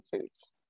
foods